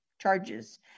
charges